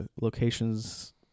locations